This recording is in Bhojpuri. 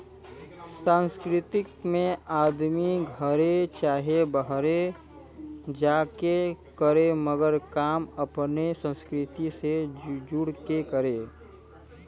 सांस्कृतिक में आदमी घरे चाहे बाहरे जा के करे मगर काम अपने संस्कृति से जुड़ के करे